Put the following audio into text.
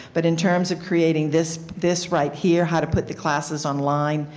but in terms of creating this this right here, how to put the classes online,